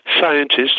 scientists